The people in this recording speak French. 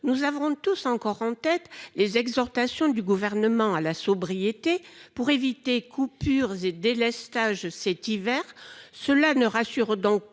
Nous avons tous encore en tête les exhortations du gouvernement à la sobriété pour éviter coupures des délestages cet hiver. Cela ne rassure donc